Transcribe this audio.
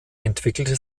entwickelte